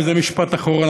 וזה משפט אחרון,